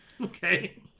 Okay